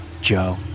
Joe